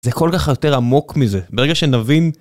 זה כל כך יותר עמוק מזה. ברגע שנבין...